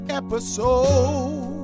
episode